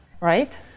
right